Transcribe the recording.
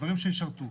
דברים שישרתו.